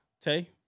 Tay